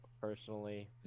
personally